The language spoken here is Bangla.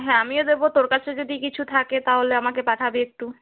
হ্যাঁ আমিও দেবো তোর কাছে যদি কিছু থাকে তাহলে আমাকে পাঠাবি একটু